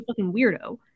weirdo